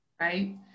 right